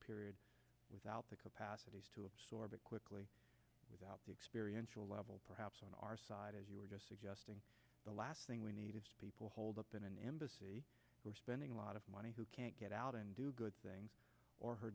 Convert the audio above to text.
period without the capacity to absorb it quickly without the experience to a level perhaps on our side as you were just suggesting the last thing we need is people holed up in an embassy we're spending a lot of money who can't get out and do good things or her